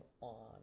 on